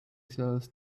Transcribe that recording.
sells